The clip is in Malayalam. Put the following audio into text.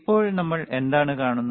ഇപ്പോൾ നമ്മൾ എന്താണ് കാണുന്നത്